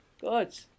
Good